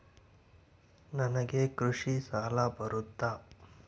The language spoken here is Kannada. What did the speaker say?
ನನಗೆ ಕೃಷಿ ಸಾಲ ಬರುತ್ತಾ?